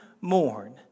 mourn